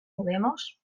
mudemos